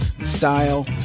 style